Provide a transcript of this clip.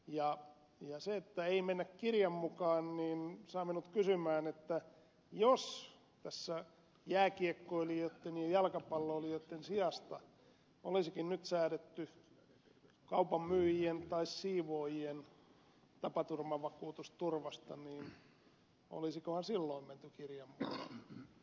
ja se että ei mennä kirjan mukaan saa minut kysymään että jos tässä jääkiekkoilijoitten ja jalkapalloilijoitten sijasta olisikin nyt säädetty kaupanmyyjien tai siivoojien tapaturmavakuutusturvasta olisikohan silloin menty kirjan mukaan